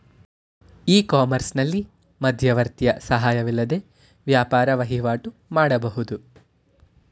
E ಕಾಮರ್ಸ್ನಲ್ಲಿ ಮಧ್ಯವರ್ತಿಯ ಸಹಾಯವಿಲ್ಲದೆ ವ್ಯಾಪಾರ ವಹಿವಾಟು ಮಾಡಬಹುದು